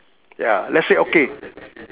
ya let's say okay